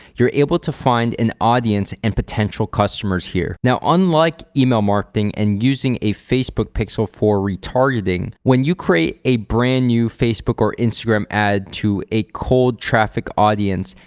you're able to find an audience and potential customers here. now, unlike email marketing and using a facebook pixel for retargeting, when you create a brand new facebook or instagram ad to a cold traffic audience,